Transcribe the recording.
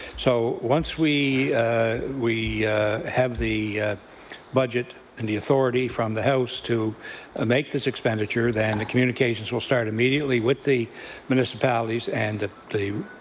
so once we we have the budget and the authority from the house to ah make this expenditure then the communications will start immediately with the municipalities and the